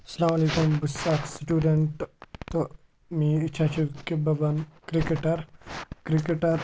اسلام وعلیکُم بہٕ چھُس اَکھ سٕٹوٗڈَٮ۪نٛٹ تہٕ میٛٲنۍ اِچھا چھِ کہِ بَنہٕ کِرٛکٮ۪ٹَر کِرٛکٮ۪ٹَر